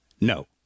No